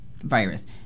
virus